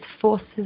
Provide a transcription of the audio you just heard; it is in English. forces